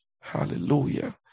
Hallelujah